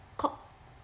called